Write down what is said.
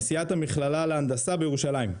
נשיאת המכללה להנדסה בירושלים.